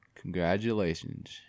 Congratulations